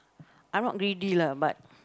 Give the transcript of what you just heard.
I'm not greedy lah but